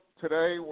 today